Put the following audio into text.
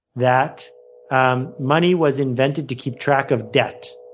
that um money was invented to keep track of debt,